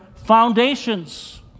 foundations